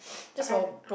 but I